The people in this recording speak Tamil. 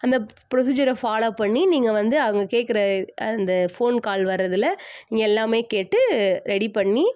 அந்த ப்ரொசீஜரை ஃபாலோ பண்ணி நீங்கள் வந்து அவங்க கேக்கிற அந்த ஃபோன் கால் வர்றதில் நீங்கள் எல்லாமே கேட்டு ரெடி பண்ணி